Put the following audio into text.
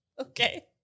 Okay